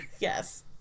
Yes